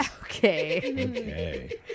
Okay